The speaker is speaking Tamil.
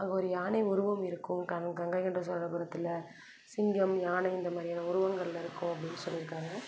அங்கே ஒரு யானை உருவம் இருக்கும் கங்கை கொண்ட சோழபுரத்தில் சிங்கம் யானை இந்த மாதிரியான உருவங்கள் இருக்கும் அப்படினு சொல்லியிருக்காங்க